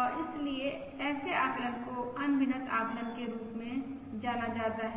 और इसलिए ऐसे आकलन को अनभिनत आकलन के रूप में जाना जाता है